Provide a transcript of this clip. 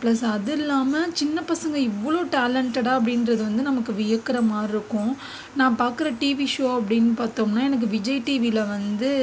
plus அதுல்லாமல் சின்ன பசங்க இவ்வளோ டேலன்ட்டடாக அப்படின்றது வந்து வியக்கிற மாதிரி இருக்கும் நான் பார்க்கற டிவி ஷோ அப்படின்னு பார்த்தோம்னா எனக்கு விஜய் டிவியில் வந்து